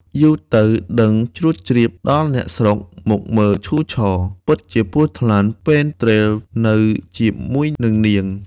យូរទៅដឹងជ្រួតជ្រាបដល់អ្នក ស្រុកមកមើលឈូរឆរ ពិតជាពស់ថ្លាន់ពេនទ្រេលនៅជាមួយនិងនាង។